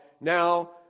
now